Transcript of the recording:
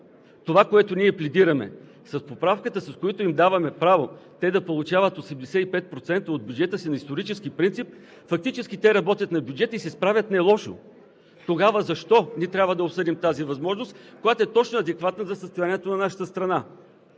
Това, което ние пледираме – с поправката, с която им даваме право те да получават 85% от бюджета си на исторически принцип, фактически те работят на бюджет и се справят нелошо. Тогава защо не трябва да обсъдим тази възможност, която е точно адекватна за състоянието на нашата страна?